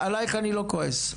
עליך אני לא כועס.